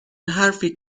حرفی